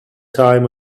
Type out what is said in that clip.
time